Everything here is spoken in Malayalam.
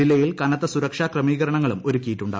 ജില്ലയിൽ കനത്ത സുരക്ഷാ ക്രമീകരണങ്ങളും ഒരുക്കിയിട്ടുണ്ട്